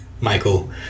Michael